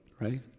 right